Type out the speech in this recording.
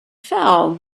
fell